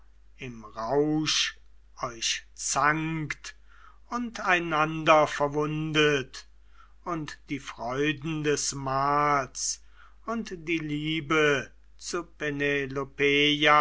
im rausch euch zankt und einander verwundet und die freuden des mahls und die liebe zu